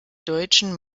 deutschen